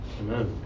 Amen